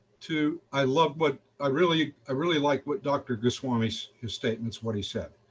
to i love what i really ah really like what dr. goswami, so his statements, what he said.